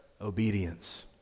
obedience